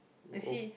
I see